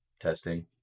testing